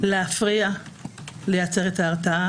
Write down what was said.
להפריע לייצר את ההרתעה,